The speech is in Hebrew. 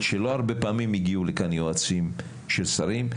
שלא הרבה פעמים הגיעו לכאן יועצים של שרים,